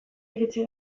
iritsi